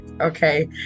okay